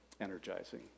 energizing